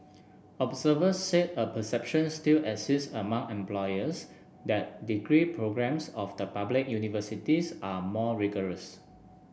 observers said a perception still exists among employers that degree programmes of the public universities are more rigorous